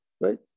Right